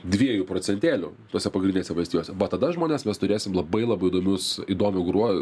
dviejų procentėlių tose pagrindinėse valstijose va tada žmonės mes turėsim labai labai įdomius įdomų gruo